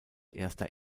erster